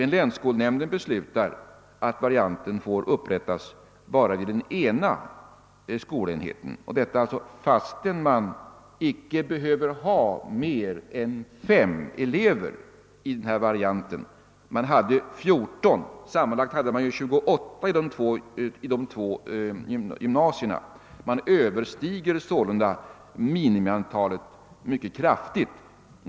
Men länsskolnämnden beslutade att varianten endast får upprättas vid den ena skolenheten och detta fastän man inte behöver ha mer än fem elever i varianten. Man hade dock sammanlagt 28 i de två gymnasierna, och överskred därmed mycket kraftigt det fastställda minimiantalet.